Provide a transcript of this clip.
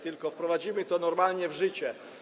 Tylko wprowadzimy to normalnie w życie.